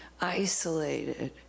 isolated